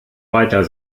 weiter